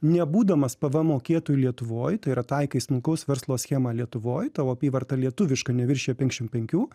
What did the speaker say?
nebūdamas pvm mokėtoju lietuvoj tai yra taikai smulkaus verslo schemą lietuvoj tavo apyvarta lietuviška neviršija penkiasdešim penkių